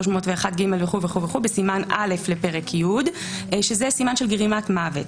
301ג וכולי בסימן א' לפרק י' שזה סימן של גרימת מוות.